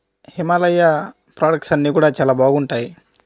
Himalaya products అన్నీ కూడా చాలా బాగుంటాయి